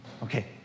Okay